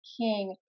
king